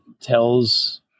tells